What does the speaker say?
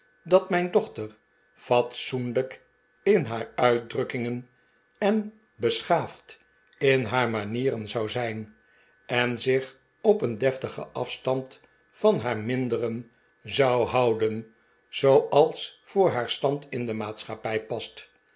dat mijn dochter fatsoenlijk in haar uitdrukkingen en beschaafd in haar manieren zou zijn en zich op een deftigen afstand van haar minderen zou houden zooals voor haar stand in de maatschappij past